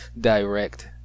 direct